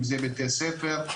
אם זה בתי ספר,